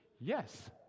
yes